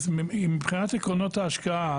מבחינת עקרונות ההשקעה